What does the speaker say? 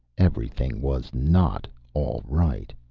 everything was not all right.